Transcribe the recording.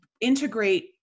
integrate